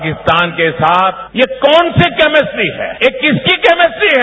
पाकिस्तान के साथ कौन सी कैमिस्ट्री है ये किसी की कैमिस्ट्री है